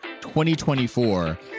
2024